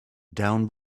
down